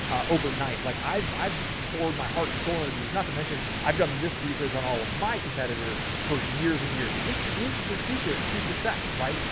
overnight, like i've, i've poured my heart and soul into these, not to mention i've done this research on all of my competitors for years and years. this is the secret to success, right?